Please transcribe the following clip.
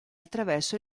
attraverso